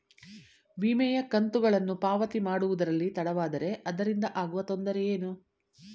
ವಿಮೆಯ ಕಂತುಗಳನ್ನು ಪಾವತಿ ಮಾಡುವುದರಲ್ಲಿ ತಡವಾದರೆ ಅದರಿಂದ ಆಗುವ ತೊಂದರೆ ಏನು?